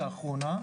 האחרונה,